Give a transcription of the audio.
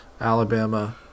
Alabama